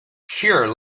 here